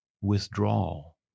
withdrawal